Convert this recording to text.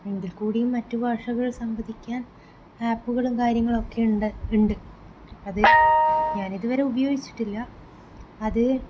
എങ്കിൽ കൂടിയും മറ്റുഭാഷകൾ സംവദിക്കാൻ ആപ്പുകളും കാര്യങ്ങളൊക്കെ ഉണ്ട് ഉണ്ട് അത് ഞാൻ ഇതുവരെ ഉപയോഗിച്ചിട്ടില്ല അത്